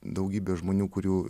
daugybė žmonių kurių